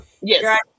Yes